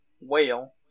Whale